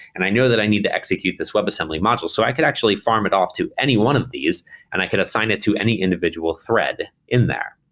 and i know that i need to execute this webassembly module. so i could actually farm it off to anyone of these and i could assign it to any individual thread in there.